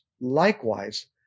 Likewise